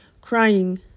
crying